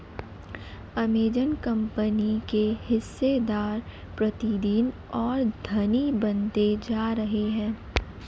Amazon company के हिस्सेदार प्रतिदिन और धनी बनते जा रहे हैं